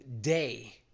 day